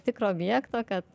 tikro objekto kad